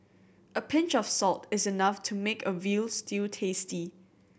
a pinch of salt is enough to make a veal stew tasty